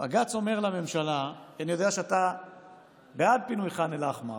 אני יודע שאתה הרי בעד פינוי ח'אן אל-אחמר,